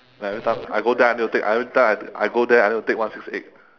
like every time I go there I need to take every time I go there I need to take one six eight